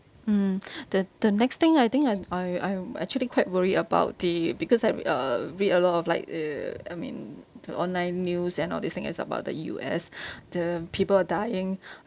mm the the next thing I think I I I'm actually quite worry about the because I r~ uh read a lot of like uh I mean the online news and all this thing is about the U_S the people are dying